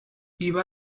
iba